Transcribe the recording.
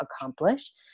accomplish